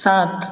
सात